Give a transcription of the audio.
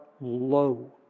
low